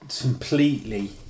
completely